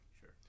Sure